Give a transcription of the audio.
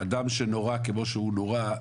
אדם שנורה כמו שהוא נורה,